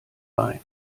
bein